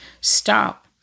stop